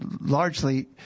largely